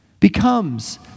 becomes